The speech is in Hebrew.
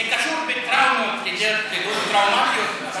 זה קשור בטראומות, בפעילויות טראומטיות.